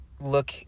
look